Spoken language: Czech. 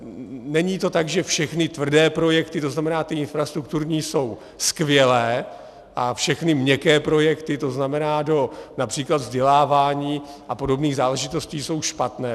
Není to tak, že všechny tvrdé projekty, to znamená ty infrastrukturní, jsou skvělé a všechny měkké projekty, to znamená do např. vzdělávání a podobných záležitostí, jsou špatné.